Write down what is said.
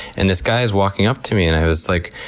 and this guy is walking up to me and i was like,